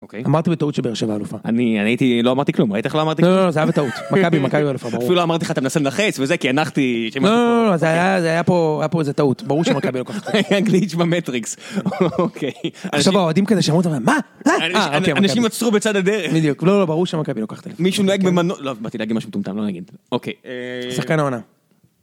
אמרתי בטעות שבאר שבע אלופה. אני הייתי, לא אמרתי כלום. ראית איך לא אמרתי כלום? לא לא, זה היה בטעות. מכבי אלופה ברור. אמרתי לך אתה מנסה לנחס וזה כי הנחתי... לא לא לא, זה היה פה, היה פה איזה טעות. ברור שמכבי לוקחת. (צחוק) היה גליץ' במטריקס. אוקיי. עכשיו האוהדים כזה שמעו אותם- "מה?". אנשים עצרו בצד הדרך. בדיוק. לא לא, ברור שמכבי לוקחת. מישהו נוהג במנוע... לא, באתי להגיד משהו מטומטם. לא נגיד. אוקיי. שחקן העונה.